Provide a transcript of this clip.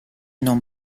non